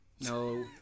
no